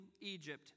Egypt